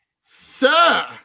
sir